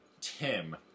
tim